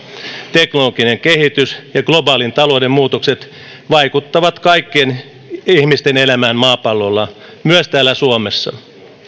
teknologinen kehitys ja globaalin talouden muutokset vaikuttavat kaikkien ihmisten elämään maapallolla myös täällä suomessa